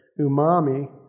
umami